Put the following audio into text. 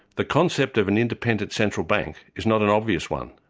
the concept of an independent central bank is not an obvious one.